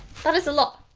that is a lot.